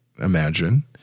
imagine